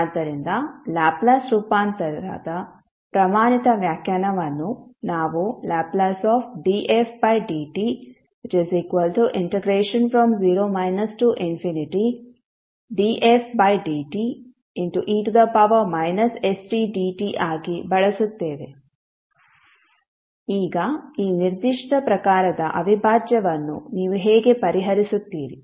ಆದ್ದರಿಂದ ಲ್ಯಾಪ್ಲೇಸ್ ರೂಪಾಂತರದ ಪ್ರಮಾಣಿತ ವ್ಯಾಖ್ಯಾನವನ್ನು ನಾವು Ldfdt0 dfdte stdt ಆಗಿ ಬಳಸುತ್ತೇವೆ ಈಗ ಈ ನಿರ್ದಿಷ್ಟ ಪ್ರಕಾರದ ಅವಿಭಾಜ್ಯವನ್ನು ನೀವು ಹೇಗೆ ಪರಿಹರಿಸುತ್ತೀರಿ